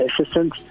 assistance